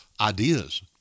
ideas